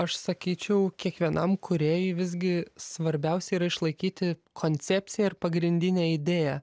aš sakyčiau kiekvienam kūrėjui visgi svarbiausia yra išlaikyti koncepciją ir pagrindinę idėją